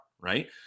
right